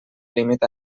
límit